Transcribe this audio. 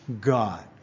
God